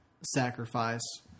sacrifice